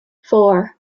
four